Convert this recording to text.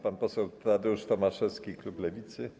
Pan poseł Tadeusz Tomaszewski, klub Lewicy.